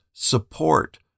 Support